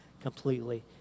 completely